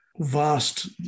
vast